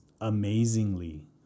amazingly